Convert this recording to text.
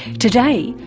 today,